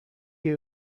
you